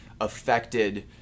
affected